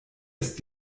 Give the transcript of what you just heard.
ist